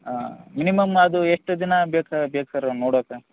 ಹಾಂ ಮಿನಿಮಮ್ ಅದು ಎಷ್ಟು ದಿನ ಬೇಕು ಬೇಕು ಸರ್ ನೋಡೋಕೆ